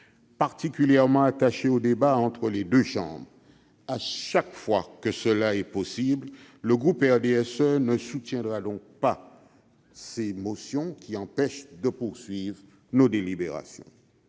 particulièrement attaché au débat entre les deux chambres, chaque fois que cela est possible, le groupe du RDSE ne soutiendra pas ces motions, qui nous empêchent de poursuivre nos délibérations.